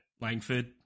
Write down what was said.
Langford